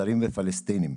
זרים ופלסטינים.